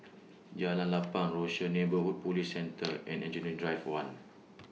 Jalan Lapang Rochor Neighborhood Police Centre and Engineering Drive one